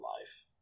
life